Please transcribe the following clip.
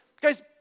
guys